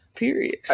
period